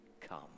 come